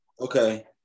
Okay